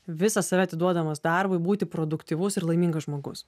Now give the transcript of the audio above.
visą save atiduodamas darbui būti produktyvus ir laimingas žmogus